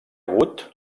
hagut